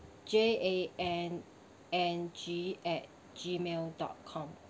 J A N N G at Gmail dot com